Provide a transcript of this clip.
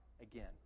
again